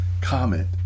comment